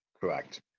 Correct